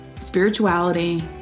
spirituality